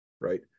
right